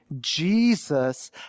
Jesus